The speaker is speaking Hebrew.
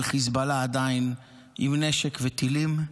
אבל חיזבאללה עדיין עם נשק וטילים.